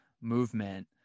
movement